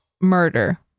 murder